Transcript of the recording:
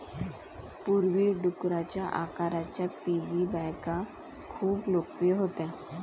पूर्वी, डुकराच्या आकाराच्या पिगी बँका खूप लोकप्रिय होत्या